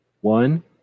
One